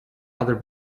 other